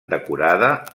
decorada